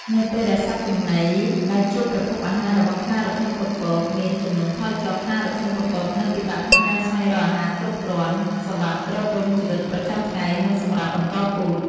នៅពេលដែលសត្វចំណីដែលជាប្រភពអាហាររបស់ខ្លារខិនពពកមាន ចំនួនថយចុះ ខ្លារខិនពពកនឹង ពិបាកក្នុងការស្វែងរកអាហារគ្រប់គ្រាន់ សម្រាប់ទ្រទ្រង់ជីវិតប្រចាំថ្ងៃ និងសម្រាប់បន្តពូជ។